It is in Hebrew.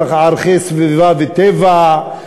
על ערכי סביבה וטבע,